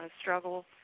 struggle